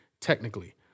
technically